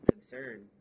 concern